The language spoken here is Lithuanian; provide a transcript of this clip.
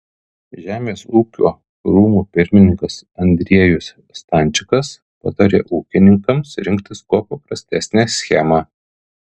žemės ūkio rūmų pirmininkas andriejus stančikas patarė ūkininkams rinktis kuo paprastesnę schemą